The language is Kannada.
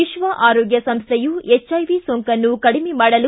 ವಿಶ್ವ ಆರೋಗ್ಯ ಸಂಸ್ಥೆಯು ಎಚ್ಐವಿ ಸೋಂಕನ್ನು ಕಡಿಮೆ ಮಾಡಲು